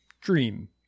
Dream